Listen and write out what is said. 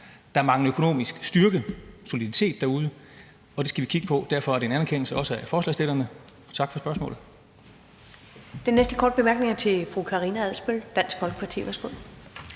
Der mangler økonomisk styrke og soliditet derude, og det skal vi kigge på. Derfor er det en anerkendelse, også af forslagsstillerne. Tak for spørgsmålet.